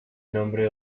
nombre